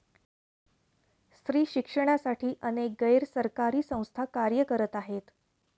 स्त्री शिक्षणासाठी अनेक गैर सरकारी संस्था कार्य करत आहेत